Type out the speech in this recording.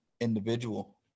individual